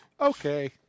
okay